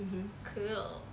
mmhmm